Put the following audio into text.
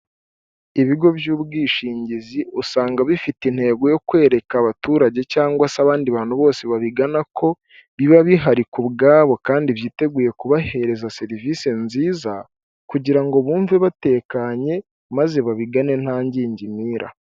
Ibigo by'ubwishingizi usanga bifite intego yo kwereka abaturage cyangwa se abandi bantu bose babigana ko biba bihari kubwabo kandi byiteguye kubahereza serivisi nziza kugira ngo bumve batekanye maze babigane nta ngingimira.